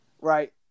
Right